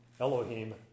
Elohim